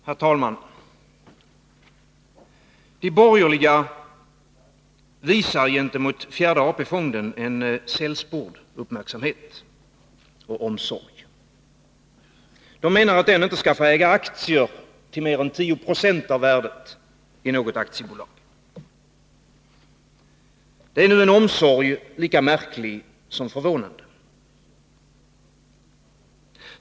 Herr talman! De borgerliga visar gentemot fjärde AP-fonden sällspord både uppmärksamhet och omsorg. De menar att den inte skall få äga aktier till mer än 10 96 av värdet i något aktiebolag. Det är nu en omsorg, lika märklig som förvånande.